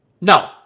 No